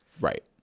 right